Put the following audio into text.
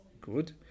good